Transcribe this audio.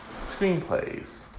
screenplays